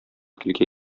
телгә